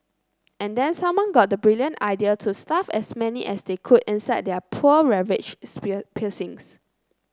and then someone got the brilliant idea to stuff as many as they could inside their poor ravaged pier piercings